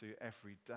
everyday